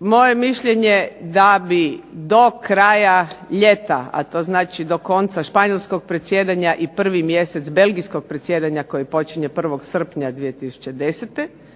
Moje mišljenje da bi do kraja ljeta, a to znači do konca Španjolskog predsjedanja i prvi mjesec Belgijskog predsjedanja koje počinje 1. srpnja 2010.